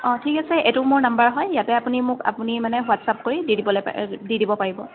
অ' ঠিক আছে এইটো মোৰ নম্বৰ হয় ইয়াতে আপুনি মোক আপুনি মানে হোৱাটছএপ কৰি দি দিবলৈ দি দিব পাৰিব